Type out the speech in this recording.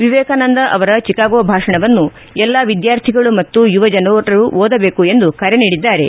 ವಿವೇಕಾನಂದ ಅವರ ಶಿಕಾಗೋ ಭಾಷಣವನ್ನು ಎಲ್ಲಾ ವಿದ್ಯಾರ್ಥಿಗಳು ಮತ್ತು ಯುವಜನರು ಓದದೇಕು ಎಂದು ಕರೆ ನೀಡಿದ್ದಾರೆ